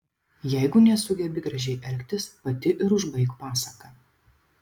jeigu nesugebi gražiai elgtis pati ir užbaik pasaką